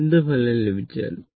എന്തു ഫലം ലഭിച്ചാലും